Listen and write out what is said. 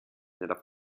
nella